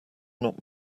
not